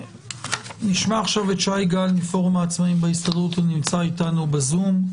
נשמע עכשיו את שי גל מפורום העצמאים בהסתדרות שנמצא ב-זום.